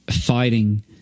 fighting